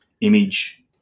image